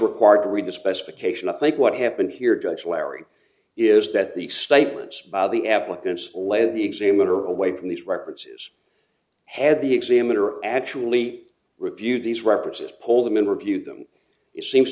required to read the specification i think what happened here judge larry is that the statements by the applicants lay the examiner away from these references had the examiner actually reviewed these references pull them in review them it seems